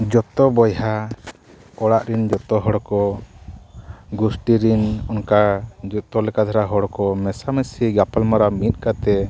ᱡᱚᱛᱚ ᱵᱚᱭᱦᱟ ᱚᱲᱟᱜ ᱨᱮᱱ ᱡᱚᱛᱚ ᱦᱚᱲ ᱠᱚ ᱜᱩᱥᱴᱤ ᱨᱮᱱ ᱚᱱᱠᱟ ᱡᱚᱛᱚ ᱞᱮᱠᱟ ᱫᱷᱟᱨᱟ ᱦᱚᱲ ᱠᱚ ᱢᱮᱥᱟ ᱢᱮᱥᱤ ᱜᱟᱯᱟᱞ ᱢᱟᱨᱟᱣ ᱢᱤᱫ ᱠᱟᱛᱮᱫ